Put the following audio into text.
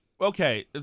Okay